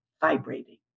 vibrating